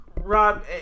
rob